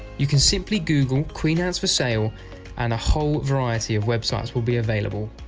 you can simply google queen ants for sale and a whole variety of websites will be available.